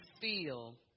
feel